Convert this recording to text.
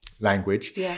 language